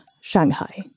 shanghai